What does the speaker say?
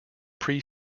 pre